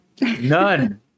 none